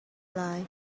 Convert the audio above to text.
lai